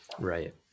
Right